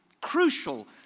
crucial